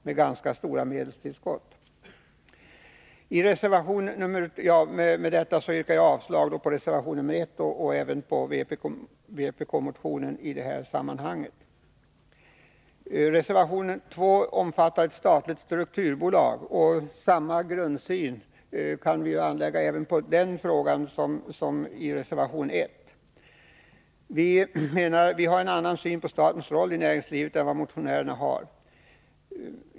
Med detta yrkar jag avslag på reservation nr 1 och även på vpk-motionen i detta sammanhang. Reservation 2 gäller ett statligt strukturbolag. Samma grundsyn kan anläggas här som på reservation 1. Utskottsmajoriteten har en annan syn på statens roll i näringslivet än motionärerna.